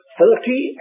forty